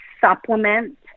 supplement